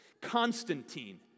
Constantine